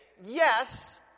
yes